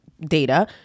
data